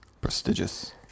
Prestigious